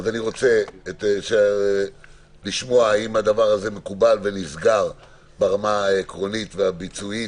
אני רוצה לשמוע האם הדבר הזה מקובל ונסגר ברמה העקרונית והביצועית.